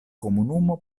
komunumo